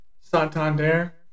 Santander